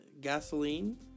Gasoline